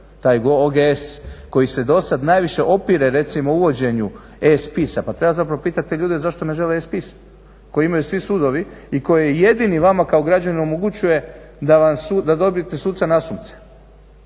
taj OGS koji se do sada najviše opire, recimo uvođenju e-spisa, pa treba zapravo pitati ljude zašto ne žele e-spise, koje imaju svi sudovi i koji jedini vama kao građaninu omogućuje da dobite suca nasumce.